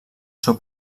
seu